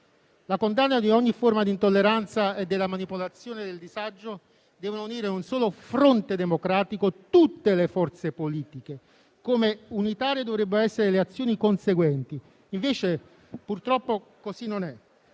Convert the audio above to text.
La condanna di ogni forma di intolleranza e manipolazione del disagio devono unire in un solo fronte democratico tutte le forze politiche, così come unitarie dovrebbero essere le azioni conseguenti. Purtroppo, invece, così non è.